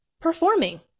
performing